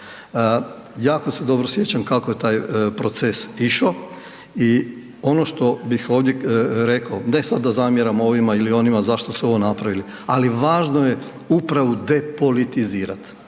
Jako se dobro sjećam kako je taj proces išao i ono što bih ovdje rekao, ne sad da zamjeram ovima ili onima zašto su ovo napravili, ali važno je upravu depolitizirati,